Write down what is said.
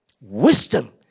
Wisdom